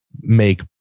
make